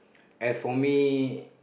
as for me